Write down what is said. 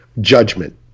judgment